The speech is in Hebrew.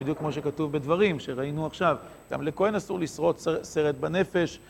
בדיוק כמו שכתוב בדברים, שראינו עכשיו, גם לכהן אסור לשרוט שרט בנפש.